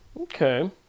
Okay